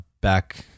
back